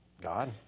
God